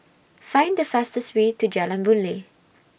Find The fastest Way to Jalan Boon Lay